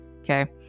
okay